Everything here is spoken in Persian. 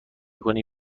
کنی